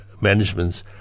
managements